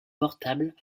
portables